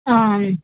आं